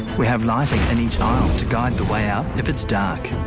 we have lighting in each aisle to guide the way out if it's dark.